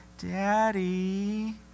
Daddy